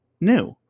new